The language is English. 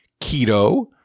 keto